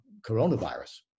coronavirus